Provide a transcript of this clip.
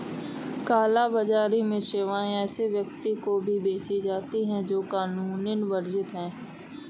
काला बाजारी में सेवाएं ऐसे व्यक्ति को भी बेची जाती है, जो कानूनन वर्जित होता हो